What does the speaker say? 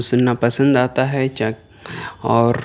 سننا پسند آتا ہے اور